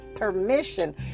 Permission